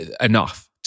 enough